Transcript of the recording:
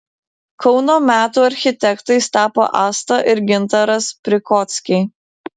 kauno metų architektais tapo asta ir gintaras prikockiai